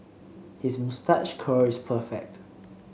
his moustache curl is perfect